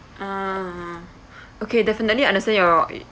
ah okay definitely understand your it